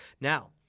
Now